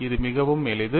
இது மிகவும் எளிது